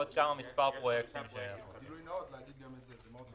צריך להגיד גם את זה, זה חשוב מאוד.